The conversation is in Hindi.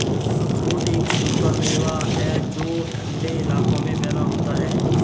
अखरोट एक सूखा मेवा है जो ठन्डे इलाकों में पैदा होता है